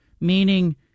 meaning